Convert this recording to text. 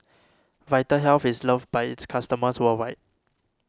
Vitahealth is loved by its customers worldwide